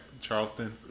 Charleston